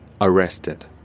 arrested